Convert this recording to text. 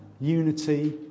unity